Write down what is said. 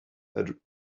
that